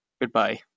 Goodbye